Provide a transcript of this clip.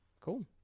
Cool